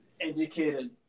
educated